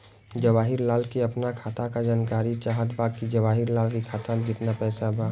जवाहिर लाल के अपना खाता का जानकारी चाहत बा की जवाहिर लाल के खाता में कितना पैसा बा?